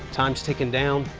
time's ticking down.